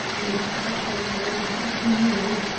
amidst tobacco smoke and empty noise,